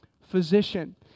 physician